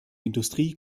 industrie